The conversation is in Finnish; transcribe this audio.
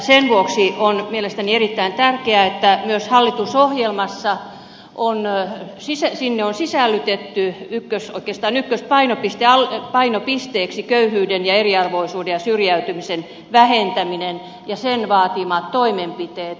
sen vuoksi on mielestäni erittäin tärkeää että myös hallitusohjelmaan on sisällytetty oikeastaan ykköspainopisteeksi köyhyyden ja eriarvoisuuden ja syrjäytymisen vähentäminen ja sen vaatimat toimenpiteet